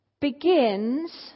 begins